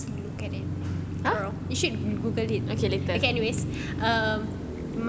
just look at it girl you should Google it okay anyway err